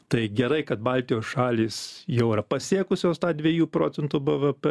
tai gerai kad baltijos šalys jau yra pasiekusios tą dviejų procentų bvp